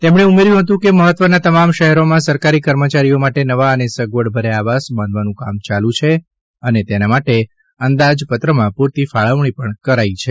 તેમણે ઉમેર્યું હતું કે મહત્વના તમામ શહેરોમાં સરકારી કર્મચારીઓ માટે નવા અને સગવડભર્યા આવાસ બાંધવાનું કામ ચાલુ છે અને તેના માટે અંદાજપત્રમાં પૂરતી ફાળવણી પણ કરાય છે